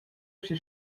schi